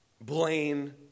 Blaine